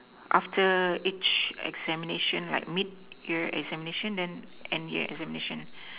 after each examination like mid year examination then end year examination